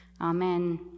Amen